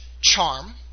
charm